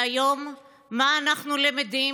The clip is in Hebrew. והיום, מה אנחנו למדים?